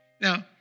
Now